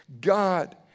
God